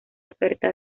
oferta